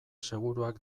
seguruak